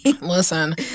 Listen